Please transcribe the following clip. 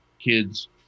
kids